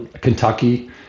Kentucky